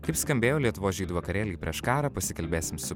kaip skambėjo lietuvos žydų vakarėliai prieš karą pasikalbėsim su